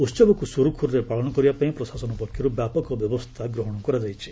ଉସବକୁ ସୁରୁଖୁରୁରେ ପାଳନ କରିବା ପାଇଁ ପ୍ରଶାସନ ପକ୍ଷରୁ ବ୍ୟାପକ ବ୍ୟବସ୍ଥା ଗ୍ରହଣ କରାଯାଇଛି